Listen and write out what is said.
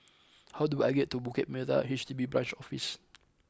how do I get to Bukit Merah H D B Branch Office